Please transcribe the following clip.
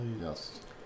Yes